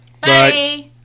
Bye